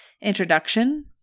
introduction